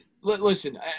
Listen